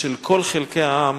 של כל חלקי העם,